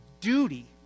duty